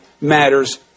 matters